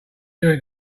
doing